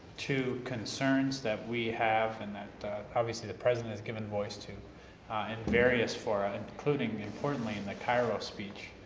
to concerns that we have and that obviously, the president has given voice to in various fora, including importantly in the cairo speech.